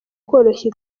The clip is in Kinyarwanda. koroshya